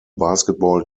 basketball